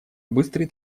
быстрый